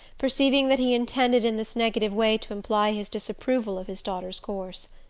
perceiving that he intended in this negative way to imply his disapproval of his daughter's course.